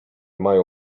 mają